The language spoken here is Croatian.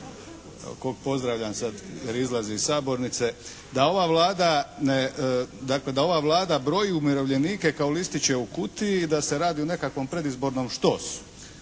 da ova Vlada broji umirovljenike kao listiće u kutiji i da se radi o nekakvom predizbornom štosu.